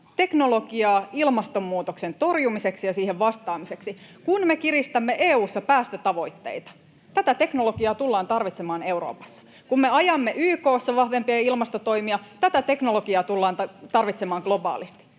teknologiaa ilmastonmuutoksen torjumiseksi ja siihen vastaamiseksi. Kun me kiristämme EU:ssa päästötavoitteita, tätä teknologiaa tullaan tarvitsemaan Euroopassa. Kun me ajamme YK:ssa vahvempia ilmastotoimia, tätä teknologiaa tullaan tarvitsemaan globaalisti.